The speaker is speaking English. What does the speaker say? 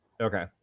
Okay